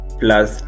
plus